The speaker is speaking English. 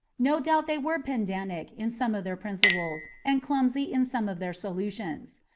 no doubt they were pedantic in some of their principles and clumsy in some of their solutions.